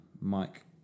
Mike